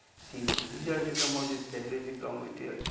sea weed. these are the some of the cellulosic raw material,